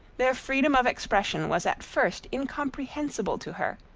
their freedom of expression was at first incomprehensible to her,